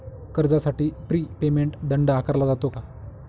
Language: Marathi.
कर्जासाठी प्री पेमेंट दंड आकारला जातो का?